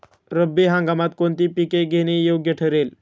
रब्बी हंगामात कोणती पिके घेणे योग्य ठरेल?